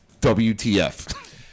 wtf